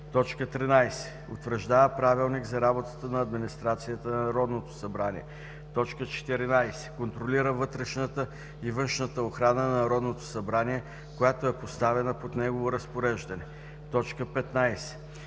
13. утвърждава правилник за работата на администрацията на Народното събрание; 14. контролира вътрешната и външната охрана на Народното събрание, която е поставена под негово разпореждане; 15.